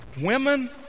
Women